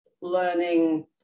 learning